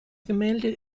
gemälde